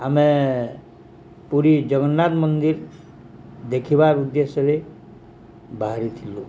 ଆମେ ପୁରୀ ଜଗନ୍ନାଥ ମନ୍ଦିର ଦେଖିବାର ଉଦ୍ଦେଶ୍ୟରେ ବାହାରି ଥିଲୁ